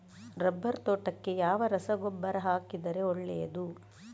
Rubber ತೋಟಕ್ಕೆ ಯಾವ ರಸಗೊಬ್ಬರ ಹಾಕಿದರೆ ಒಳ್ಳೆಯದು?